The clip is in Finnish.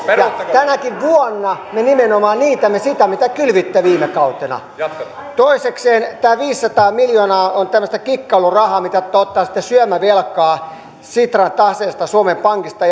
tänäkin vuonna me nimenomaan niitämme sitä mitä kylvitte viime kautena toisekseen tämä viisisataa miljoonaa on tämmöistä kikkailurahaa mitä te ottaisitte syömävelkaa sitran taseesta suomen pankista